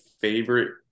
favorite